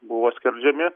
buvo skerdžiami